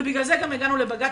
ובגלל זה גם הגענו לבג"ץ,